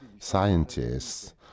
scientists